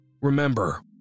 Remember